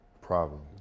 Problem